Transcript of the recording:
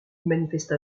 manifesta